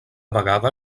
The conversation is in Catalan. vegada